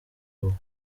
ruhu